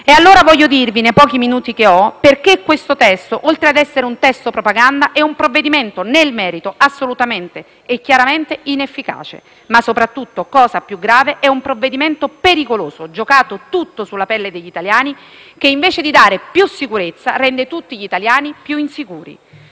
E allora voglio dirvi, nei pochi minuti che ho, perché questo testo, oltre ad essere un testo di propaganda, è un provvedimento nel merito assolutamente e chiaramente inefficace, ma sopratutto, cosa più grave, è un provvedimento pericoloso, giocato tutto sulla pelle degli italiani, che invece di dare più sicurezza rende tutti gli italiani più insicuri.